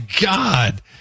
God